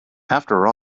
after